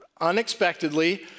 unexpectedly